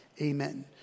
Amen